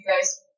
guys